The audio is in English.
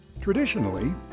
Traditionally